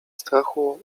strachu